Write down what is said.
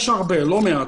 יש לא מעט.